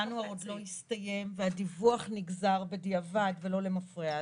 ינואר עוד לא הסתיים והדיווח נגזר בדיעבד ולא למפרע.